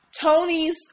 Tony's